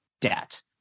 debt